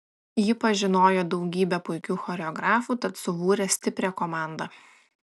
ji pažinojo daugybę puikių choreografų tad subūrė stiprią komandą